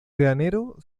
granero